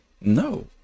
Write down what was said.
No